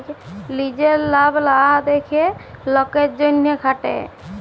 লিজের লাভ লা দ্যাখে লকের জ্যনহে খাটে